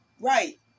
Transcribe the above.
Right